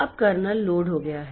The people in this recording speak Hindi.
अब कर्नेल लोड हो गया है